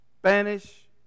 Spanish